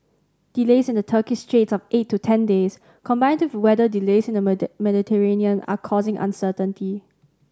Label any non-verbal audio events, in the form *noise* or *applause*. delays in the Turkish straits of eight to ten days combined with weather delays in the *unintelligible* Mediterranean are causing uncertainty